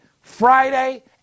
Friday